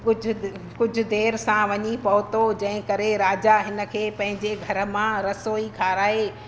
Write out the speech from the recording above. कुझु कुझु देरि सां वञी पहुतो जंहिं करे राजा हिन खे पंहिंजे घर मां रसोई खाराए